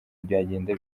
byagenda